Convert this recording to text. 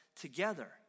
together